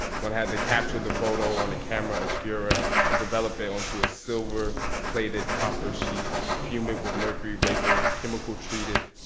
one had to capture the photo on a camera obscura and develop it onto a silver plated copper sheet, fume it with mercury vapor, chemical treat it,